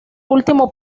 último